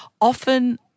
Often